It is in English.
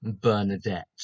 bernadette